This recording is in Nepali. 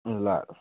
ल ल